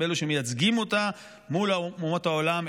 הם אלה שמייצגים אותה מול אומות העולם,